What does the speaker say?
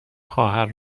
خواهر